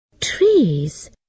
Trees